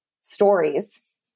stories